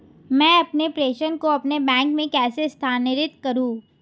मैं अपने प्रेषण को अपने बैंक में कैसे स्थानांतरित करूँ?